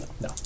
No